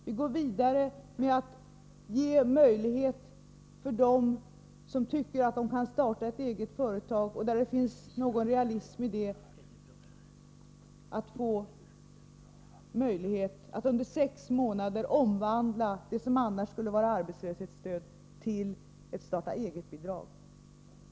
Vi går vidare med att ge möjlighet för dem som tycker att de kan starta ett eget företag och, där det finns någon realism i det, att få möjlighet att under sex månader omvandla det som annars skulle vara arbetslöshetsstöd till ett starta-eget-bidrag.